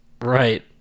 right